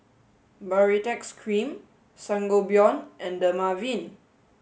Baritex Cream Sangobion and Dermaveen